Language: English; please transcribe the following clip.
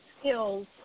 skills